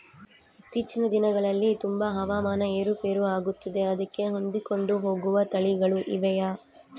ಇತ್ತೇಚಿನ ದಿನಗಳಲ್ಲಿ ತುಂಬಾ ಹವಾಮಾನ ಏರು ಪೇರು ಆಗುತ್ತಿದೆ ಅದಕ್ಕೆ ಹೊಂದಿಕೊಂಡು ಹೋಗುವ ತಳಿಗಳು ಇವೆಯಾ?